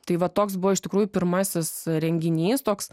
tai va toks buvo iš tikrųjų pirmasis renginys toks